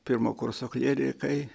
pirmo kurso klierikai